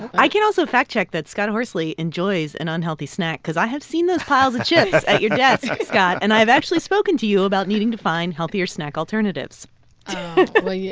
i can also fact-check that scott horsley enjoys an unhealthy snack cause i have seen those piles of chips at your desk, scott and i've actually spoken to you about needing to find healthier snack alternatives well,